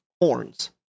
horns